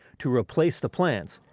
to replace the plants,